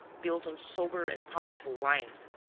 built on sober and powerful lines,